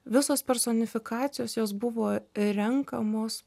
visos personifikacijos jos buvo renkamos